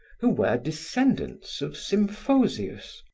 who were descendants of symphosius,